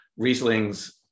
rieslings